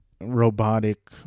robotic